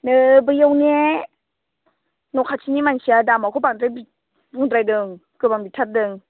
नै बेयावने न' खाथिनि मानसिया दामखौ बांद्राय बुंद्रायदों गोबां बिथारदों